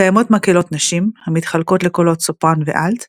קיימות מקהלות נשים, המתחלקות לקולות סופרן ואלט,